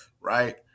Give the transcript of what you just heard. right